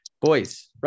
Boys